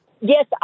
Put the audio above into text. Yes